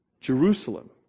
Jerusalem